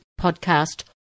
podcast